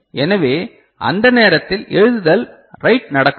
எனவே அந்த நேரத்தில் எழுதுதல் ரைட் நடக்காது